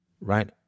Right